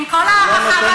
עם כל ההערכה והכבוד,